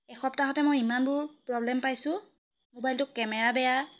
এসপ্তাহতে মই ইমানবোৰ প্ৰব্লেম পাইছোঁ